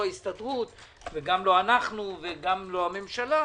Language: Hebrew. ההסתדרות וגם לא אנחנו וגם לא הממשלה.